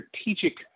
strategic